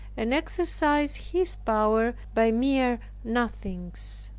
and exercise his power by mere nothings.